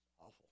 awful